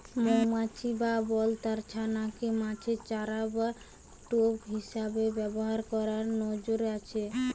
মউমাছি বা বলতার ছানা কে মাছের চারা বা টোপ হিসাবে ব্যাভার কোরার নজির আছে